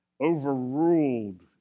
overruled